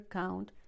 count